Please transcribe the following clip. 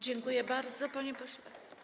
Dziękuję bardzo, panie pośle.